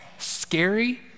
Scary